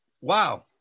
Wow